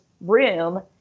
room